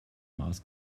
maß